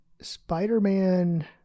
Spider-Man